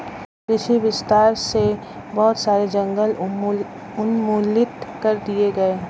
कृषि विस्तार से बहुत सारे जंगल उन्मूलित कर दिए गए